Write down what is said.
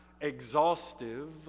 exhaustive